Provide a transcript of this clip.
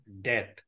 death